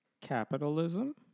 Capitalism